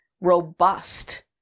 robust